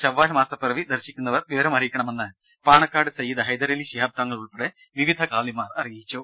ശവ്വാൽ മാസപ്പിറവി ദർശിക്കുന്നവർ ഇന്ന് വിവരമറിയിക്കണമെന്ന് പാണക്കാട് സയ്യിദ് ഹൈദരലി ശിഹാബ് തങ്ങൾ ഉൾപ്പെടെ വിവിധ ഖാസിമാർ അറിയിച്ചു